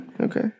Okay